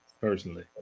personally